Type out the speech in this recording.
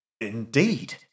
Indeed